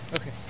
Okay